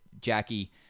Jackie